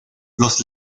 los